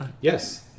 Yes